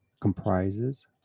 comprises